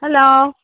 hello